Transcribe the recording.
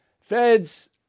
Feds